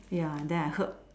ya then I hurt